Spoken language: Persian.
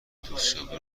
دوستیابی